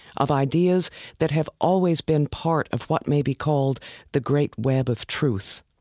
of ideas that have always been part of what may be called the great web of truth.